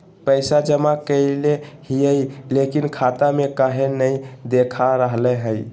पैसा जमा कैले हिअई, लेकिन खाता में काहे नई देखा रहले हई?